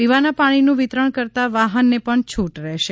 પીવાના પાણીનું વિતરણ કરતાં વાહનને પણ છૂટ રહેશે